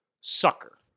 sucker